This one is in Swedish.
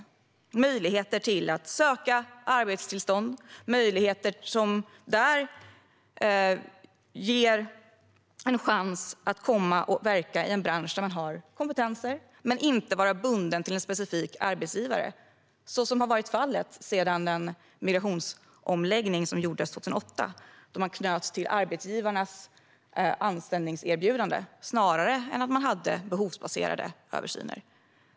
Det ska finnas möjligheter att söka arbetstillstånd, så att man kan få en chans att verka i en bransch där man har kompetens. Man ska dock inte ska vara bunden till en specifik arbetsgivare, vilket har varit fallet sedan den migrationsomläggning som gjordes 2008, då man knöts till arbetsgivarnas anställningserbjudanden snarare än att det var behovsbaserade översyner.